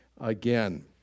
Again